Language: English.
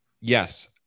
Yes